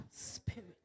spirit